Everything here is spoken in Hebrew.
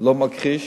לא מכחיש.